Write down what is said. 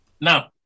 Now